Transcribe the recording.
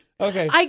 Okay